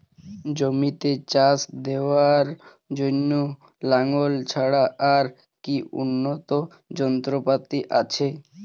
জমিতে চাষ দেওয়ার জন্য লাঙ্গল ছাড়া আর কি উন্নত যন্ত্রপাতি আছে?